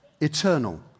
eternal